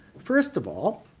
first of all,